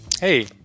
Hey